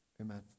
amen